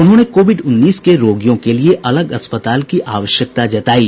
उन्होंने कोविड उन्नीस के रोगियों के लिये अलग अस्पताल की आवश्यकता जतायी